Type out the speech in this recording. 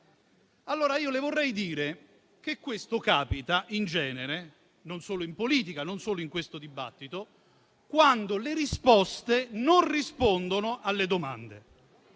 Io le vorrei dire che questo capita, in genere (non solo in politica, non solo in questo dibattito), quando le risposte non rispondono alle domande.